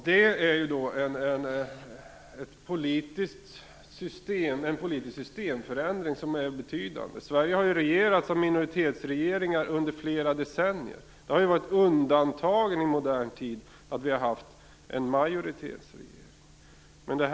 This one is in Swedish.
Det är en politisk systemförändring som är betydande. Sverige har regerats av minoritetsregeringar under flera decennier. Majoritetsregeringar har varit undantagen i modern tid.